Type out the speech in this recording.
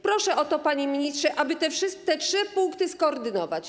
Proszę o to, panie ministrze, aby te trzy punkty skoordynować.